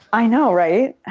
i know, right.